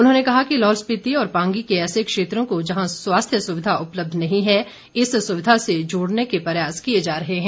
उन्होंने कहा कि लाहौल स्पिति और पांगी के ऐसे क्षेत्रों को जहां स्वास्थ्य सुविधा उपलब्ध नही है इस सुविधा से जोड़ने के प्रयास किए जा रहे हैं